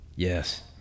Yes